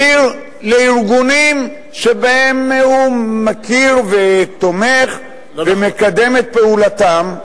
העביר לארגונים שבהם הוא מכיר ותומך ומקדם את פעולתם,